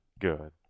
good